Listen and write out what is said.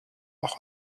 auch